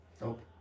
Nope